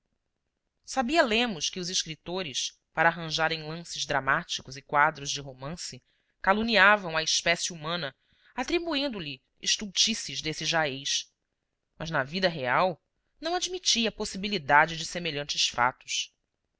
sabia lemos que os escritores para arranjarem lances dramáticos e quadros de romance caluniavam a espécie humana atribuindo lhe estultices desse jaez mas na vida real não admitia a possibilidade de semelhantes fatos